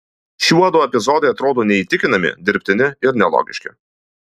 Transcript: šiuodu epizodai atrodo neįtikinami dirbtini ir nelogiški